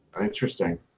Interesting